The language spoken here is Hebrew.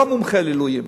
הוא המומחה לעילויים.